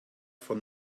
von